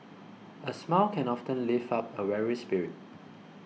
a smile can often lift up a weary spirit